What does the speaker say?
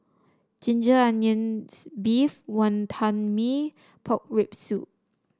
Ginger Onions beef Wantan Mee Pork Rib Soup